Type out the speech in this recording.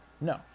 No